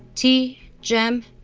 tea, jam,